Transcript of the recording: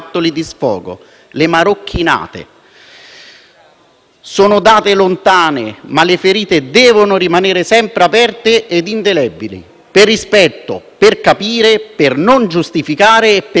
Sono date lontane, ma le ferite devono rimanere sempre aperte e indelebili, per rispetto, per capire, per non giustificare e per non dimenticare.